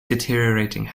deteriorating